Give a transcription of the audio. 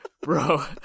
Bro